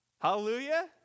Hallelujah